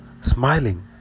smiling